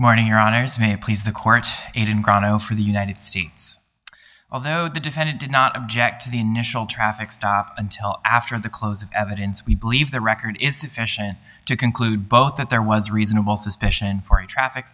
morning your honour's may please the court and in chronicle for the united states although the defendant did not object to the initial traffic stop until after the close of evidence we believe the record is sufficient to conclude both that there was reasonable suspicion for a traffic